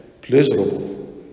pleasurable